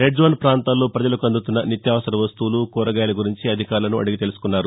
red zone ప్రాంతాల్లో ప్రజలకు అందుతున్న నిత్యావసర వస్తువులు కూరగాయలు గురించి అధికారులను అడిగి తెలుసుకొన్నారు